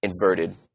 inverted